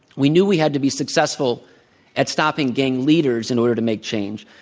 we knew we had to be successful at stopping gang leaders in order to make change,